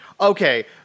Okay